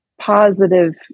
positive